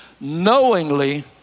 knowingly